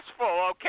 okay